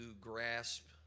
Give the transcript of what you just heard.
grasp